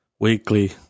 weekly